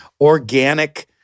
organic